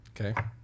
Okay